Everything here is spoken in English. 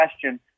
question